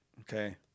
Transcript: okay